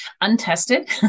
untested